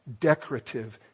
decorative